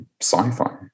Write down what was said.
sci-fi